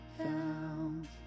found